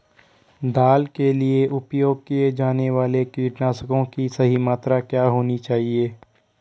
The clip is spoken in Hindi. दाल के लिए उपयोग किए जाने वाले कीटनाशकों की सही मात्रा क्या होनी चाहिए?